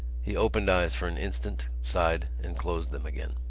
he opened eyes for an instant, sighed and closed them again.